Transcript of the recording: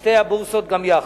בשתי הבורסות גם יחד.